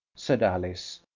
said alice.